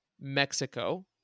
Mexico